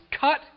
cut